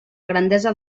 grandesa